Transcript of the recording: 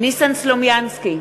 ניסן סלומינסקי,